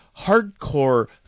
hardcore